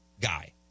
guy